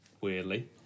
weirdly